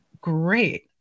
great